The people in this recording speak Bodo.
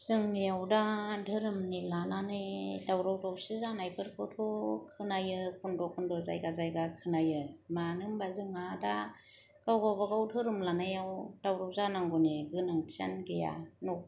जोंनियाव दा धोरोमनि लानानै दावराव दावसि जानायफोरखौथ' खोनायो खन्द' खन्द' जायगा जायगा खोनायो मानो होनोब्ला जोंहा दा गाव गावबागाव धोरोम लानायाव दावराव जानांगौनि गोनांथियानो गैया